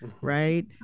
right